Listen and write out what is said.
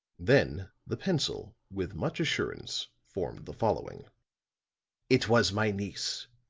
then the pencil with much assurance formed the following it was my niece.